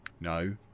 No